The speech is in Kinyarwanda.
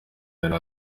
yari